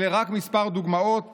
אלה רק כמה דוגמאות